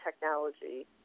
technology